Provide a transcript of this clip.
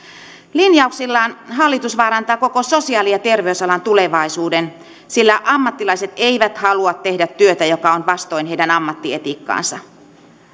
linjauksillaan hallitus vaarantaa koko sosiaali ja terveysalan tulevaisuuden sillä ammattilaiset eivät halua tehdä työtä joka on vastoin heidän ammattietiikkaansa